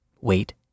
Wait